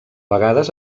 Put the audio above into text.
vegades